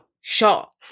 Shot